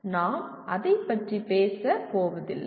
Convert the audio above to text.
நாம் அதைப் பற்றி பேசப்போவதில்லை